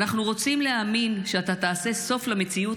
"אנחנו רוצים להאמין שאתה תעשה סוף למציאות